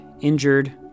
injured